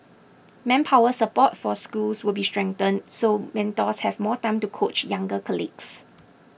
manpower support for schools will be strengthened so mentors have more time to coach younger colleagues